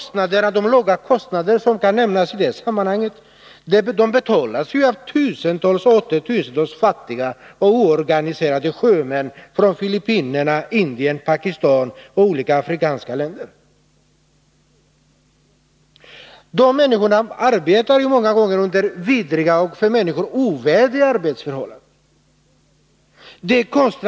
De låga kostnader som i det sammanhanget kan nämnas betalas av tusentals och åter tusentals fattiga och oorganiserade sjömän från Filippinerna, Indien, Pakistan och olika afrikanska länder. Dessa människor arbetar många gånger under vidriga och för människor ovärdiga arbetsförhållanden.